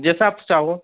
जैसा आप चाहो